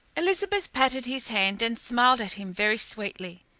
elizabeth patted his hand and smiled at him very sweetly.